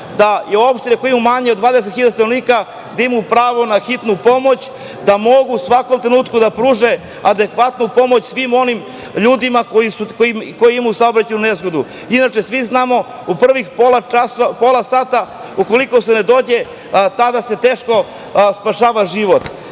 da i opštine koje imaju manje od 20.000 stanovnika, da imaju pravo na hitnu pomoć, da mogu u svakom trenutku da pruže adekvatnu pomoć svim onim ljudima koji imaju saobraćajnu nezgodu. Inače, svi znamo u prvih pola sata ukoliko se ne dođe, tada se teško spašava život.